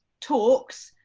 talks,